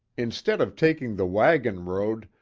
instead of taking the wagon road,